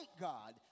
God